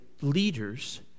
leaders